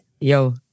Yo